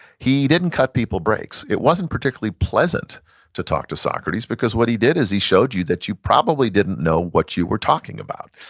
he didn't cut people breaks. it wasn't particularly pleasant to talk to socrates, because what he did is he showed you that you probably didn't know what you were talking about,